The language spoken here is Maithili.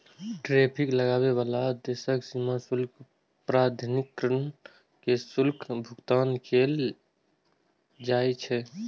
टैरिफ लगाबै बला देशक सीमा शुल्क प्राधिकरण कें शुल्कक भुगतान कैल जाइ छै